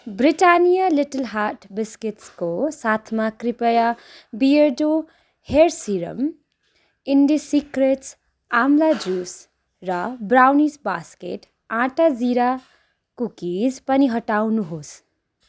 Britannia little heart बिस्किटको साथमा कृपया बियरडु हेयर सिरम इन्डिसिक्रेट्स आम्ला जुस र ब्राउनिज बास्केट आँटा जिरा कुकिज पनि हटाउनुहोस्